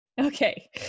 Okay